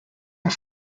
are